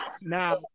now